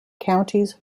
counties